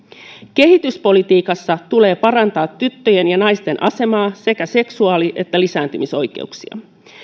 kehityspolitiikassa tulee parantaa tyttöjen ja naisten asemaa sekä seksuaali ja lisääntymisoikeuksia